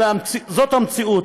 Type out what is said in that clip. זאת המציאות.